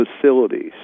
facilities